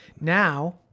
Now